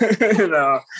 no